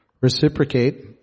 reciprocate